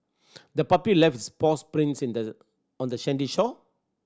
the puppy left its paws prints in the on the sandy shore